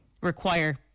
require